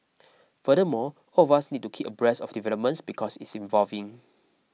furthermore all of us need to keep abreast of developments because it's evolving